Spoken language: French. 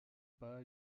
pas